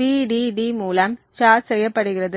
Vdd மூலம் charge செய்யப்படுகிறது